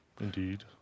Indeed